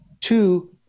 Two